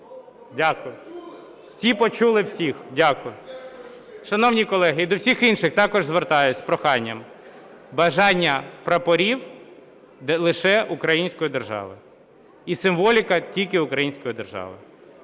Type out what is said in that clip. Дякую, всі почули всіх. Дякую. Шановні колеги, і до всіх інших також звертаюсь з проханням: бажання прапорів лише української держави і символіка тільки української держави.